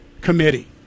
Committee